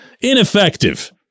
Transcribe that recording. Ineffective